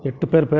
எட்டு பேர் பேர்